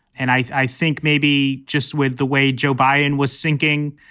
and i i think maybe just with the way joe biden was sinking,